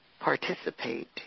participate